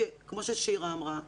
כמו ששירה אמרה,